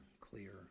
clear